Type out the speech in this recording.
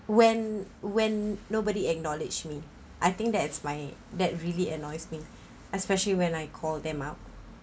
when when nobody acknowledge me I think that is my that really annoys me especially when I call them out